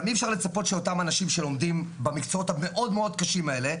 גם אי אפשר לצפות שאותם אנשים שלומדים במקצועות המאוד מאוד קשים האלה,